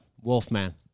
Wolfman